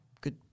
good